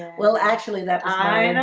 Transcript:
well, actually that i